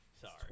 Sorry